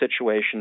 situation